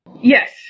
Yes